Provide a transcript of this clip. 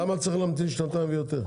למה צריך להמתין שנתיים ויותר?